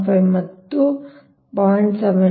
5 ಮತ್ತು ಪ್ಲಸ್ 0